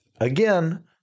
again